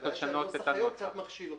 הבעיה שהנוסח היום קצת מכשיל אותו.